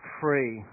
free